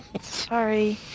Sorry